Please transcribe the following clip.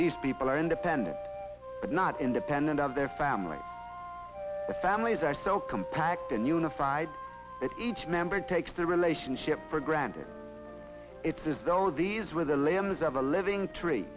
these people are independent but not independent of their families the families are so compact and unified that each member takes the relationship for granted it's as though these were the limbs of a living tree